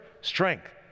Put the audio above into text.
strength